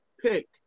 pick